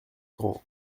grand